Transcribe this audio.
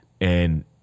And-